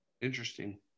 Interesting